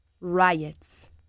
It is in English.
riots